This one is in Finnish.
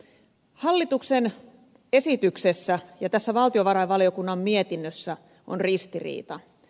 hallituksen esityksessä ja tässä valtiovarainvaliokunnan mietinnössä on ristiriita